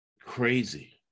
crazy